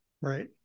Right